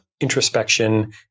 introspection